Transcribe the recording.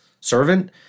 servant